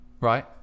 Right